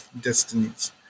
destinies